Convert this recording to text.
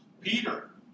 Peter